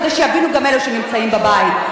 כדי שיבינו גם אלה שנמצאים בבית.